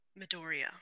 Midoriya